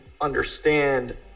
understand